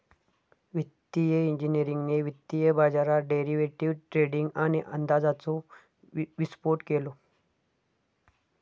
वित्तिय इंजिनियरिंगने वित्तीय बाजारात डेरिवेटीव ट्रेडींग आणि अंदाजाचो विस्फोट केलो